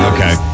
Okay